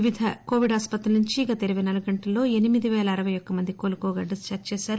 వివిధ కోవిడ్ ఆస్పత్రుల నుంచి గత ఇరపై నాలుగు గంటల్లో ఎనిమిది పేల అరపై యొక్క మంది కోలుకోగా డిస్పార్జ్ చేశారు